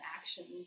actions